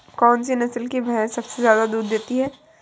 कौन सी नस्ल की भैंस सबसे ज्यादा दूध देती है?